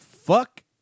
Fuck